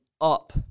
up